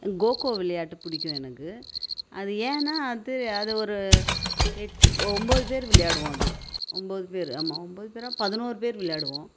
cocoa விளையாட்டு பிடிக்கும் எனக்கு அது ஏன்னால் அது அது ஒரு எட்டு ஒம்பது பேர் விளையாடுவோம் அது ஒம்பது பேர் ஆமாம் ஒம்பது பேராக பதினொரு பேர் விளையாடுவோம்